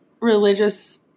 religious